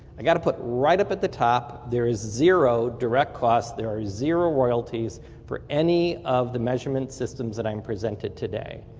i got to put right up at the top, there is zero direct cost, there is zero royalty for any of the measurement systems that i'm presented today.